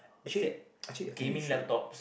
actually actually I think you should